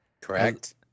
correct